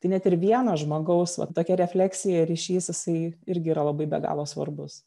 tai net ir vieno žmogaus va tokia refleksija ryšys jisai irgi yra labai be galo svarbus